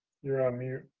you're on mute.